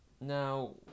now